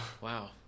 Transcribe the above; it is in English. Wow